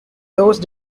those